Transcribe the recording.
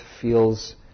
feels